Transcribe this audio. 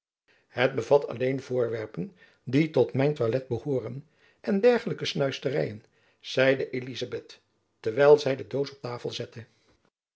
het bevat alleen voorwerpen die tot mijn toilet behooren en dergelijke snuisteryen zeide elizabeth terwijl zy de doos op tafel zette